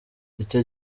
icyo